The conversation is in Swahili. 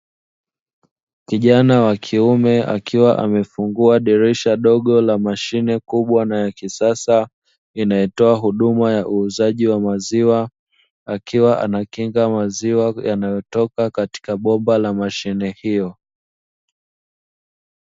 Kijana wa kiume akiwa amefungua dirisha dogo la mashine kubwa na ya kisasa inayotoa huduma ya uuzaji wa maziwa, akiwa anakinga maziwa yanayotoka katika bomba la mashine hiyo.